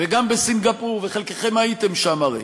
וגם בסינגפור, וחלקכם הייתם שם הרי.